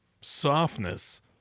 Softness